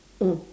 mm